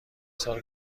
سال